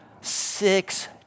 six